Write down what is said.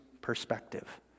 perspective